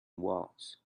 walls